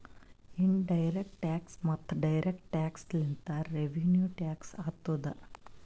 in direct tax ಮತ್ತ direct tax ಲಿಂತೆ revenue tax ಆತ್ತುದ್